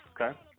Okay